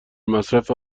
مصرف